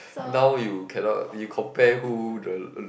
now you cannot you compare who the